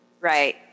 right